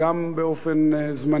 גם באופן זמני,